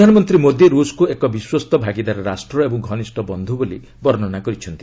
ପ୍ରଧାନମନ୍ତ୍ରୀ ମୋଦୀ ରୁଷକୁ ଏକ ବିଶ୍ୱସ୍ତ ଭାଗିଦାର ରାଷ୍ଟ୍ର ଏବଂ ଘନିଷ୍ଠ ବନ୍ଧୁ ବୋଲି ବର୍ଷନା କରିଛନ୍ତି